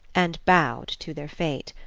and bowed to their fate.